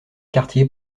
quartier